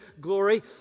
glory